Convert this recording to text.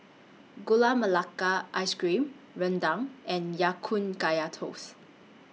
Gula Melaka Ice Cream Rendang and Ya Kun Kaya Toast